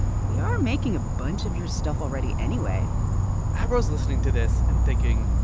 we are making a bunch of your stuff already anyway abro's listening to this and thinking,